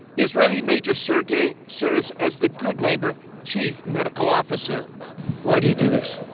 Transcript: israeli major sergei serves as the good neighbor chief medical officer. why do you do this?